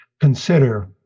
consider